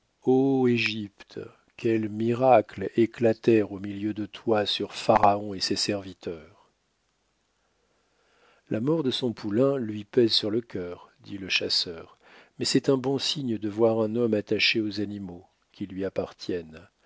égypte quels miracles éclatèrent au milieu de toi sur pharaon et ses serviteurs la mort de son poulain lui pèse sur le cœur dit le chasseur mais c'est un bon signe de voir un homme attaché aux animaux qui lui